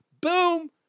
Boom